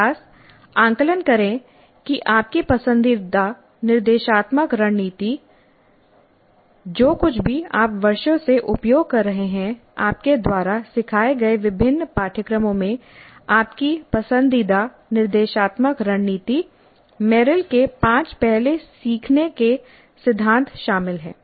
अभ्यास आकलन करें कि आपकी पसंदीदा निर्देशात्मक रणनीतिरणनीति जो कुछ भी आप वर्षों से उपयोग कर रहे हैं आपके द्वारा सिखाए गए विभिन्न पाठ्यक्रमों में आपकी पसंदीदा निर्देशात्मक रणनीतिरणनीति मेरिल के पांच पहले सीखने के सिद्धांतशामिल हैं